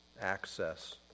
access